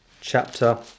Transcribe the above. chapter